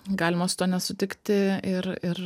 galima su tuo nesutikti ir ir